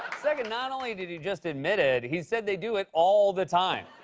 second, not only did he just admit it, he said they do it all the time.